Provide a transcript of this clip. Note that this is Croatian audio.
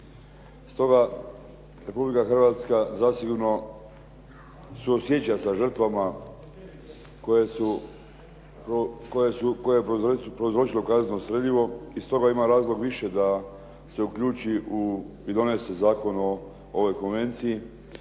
Stoga Republika Hrvatska zasigurno suosjeća sa žrtvama koje je prouzročilo kazetno streljivo i stoga ima razlog više da se uključi i donese zakon o ovoj Konvenciji,